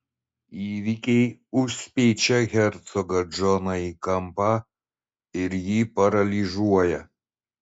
įvykiai užspeičia hercogą džoną į kampą ir jį paralyžiuoja